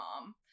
mom